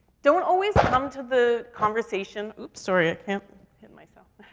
don't always come to the conversation oops, sorry. hit hit myself.